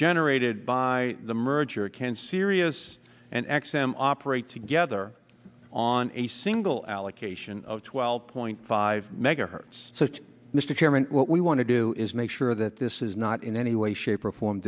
generated by the merger can sirius and x m operate together on a single allocation of twelve point five megahertz mr chairman what we want to do is make sure that this is not in any way shape or form